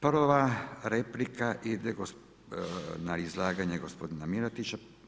Prva replika ide na izlaganje gospodina Miletića.